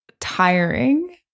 tiring